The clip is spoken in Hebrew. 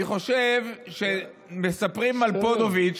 אני חושב שמספרים על פוניבז',